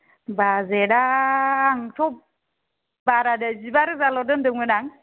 बाजेता आंथ' बाराद्राय जिबा रोजाल' दोनदोंमोन आं